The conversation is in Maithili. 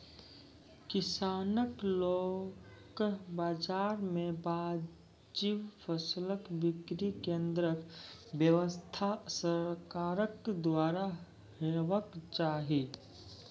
किसानक लोकल बाजार मे वाजिब फसलक बिक्री केन्द्रक व्यवस्था सरकारक द्वारा हेवाक चाही?